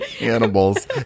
animals